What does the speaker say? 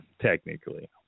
technically